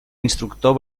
instructor